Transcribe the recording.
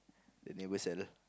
the neighbour seller